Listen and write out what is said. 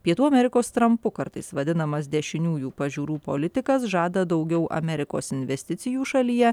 pietų amerikos trampu kartais vadinamas dešiniųjų pažiūrų politikas žada daugiau amerikos investicijų šalyje